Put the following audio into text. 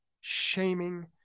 shaming